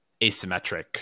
asymmetric